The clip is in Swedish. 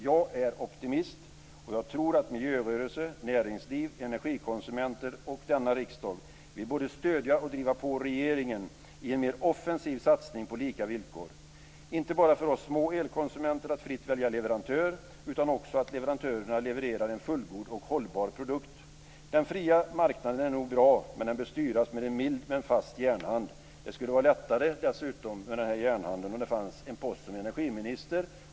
Jag är optimist, och jag tror att miljörörelse, näringsliv, energikonsumenter och denna riksdag vill både stödja och driva på regeringen i en mer offensiv satsning på lika villkor, inte bara för oss små elkonsumenter att fritt välja leverantör, utan också så att leverantörerna levererar en fullgod och hållbar produkt. Den fria marknaden är nog bra, men den bör styras med en mild men fast järnhand. Det skulle dessutom vara lättare med denna järnhand om det fanns en post som energiminister.